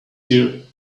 here